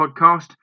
podcast